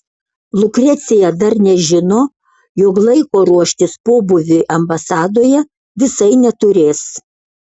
lukrecija dar nežino jog laiko ruoštis pobūviui ambasadoje visai neturės